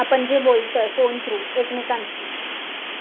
आपण जे बोलतो आहे फोन थ्रू एकमेकांशी